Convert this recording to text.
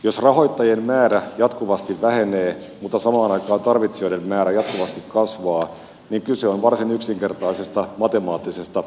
jos rahoittajien määrä jatkuvasti vähenee mutta samaan aikaan tarvitsijoiden määrä jatkuvasti kasvaa kyse on varsin yksinkertaisesta matemaattisesta umpikujasta